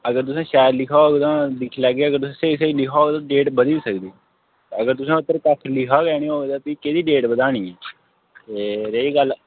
अगर तुसें शैल लिखे दा होग तां दिक्खी लैगे अगर तुसें स्हेई स्हेई लिखे दा होग डेट बधी बी सकदी ऐ अगर तुसें ओह्दे उप्पर कक्ख लिक्खे दा गै नेईं होग ते फ्ही कैह्दी डेट बधानी ऐ ते रेही गल्ल